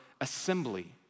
assembly